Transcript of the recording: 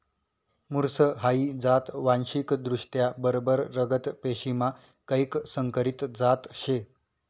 मुर्स हाई जात वांशिकदृष्ट्या बरबर रगत पेशीमा कैक संकरीत जात शे